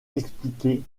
expliquer